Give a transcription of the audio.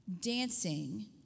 dancing